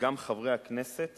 שגם חברי הכנסת